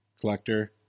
collector